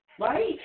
Right